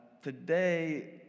Today